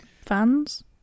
fans